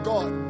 God